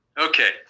Okay